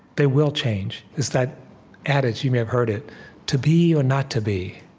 they will change. it's that adage you may have heard it to be or not to be?